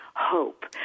hope